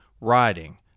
RIDING